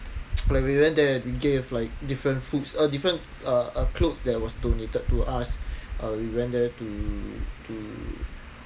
like we went there and we gave like different foods uh different uh uh clothes that was donated to us uh we went there to to